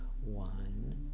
One